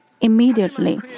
immediately